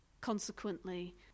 consequently